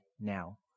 now